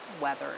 weather